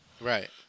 Right